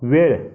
वेळ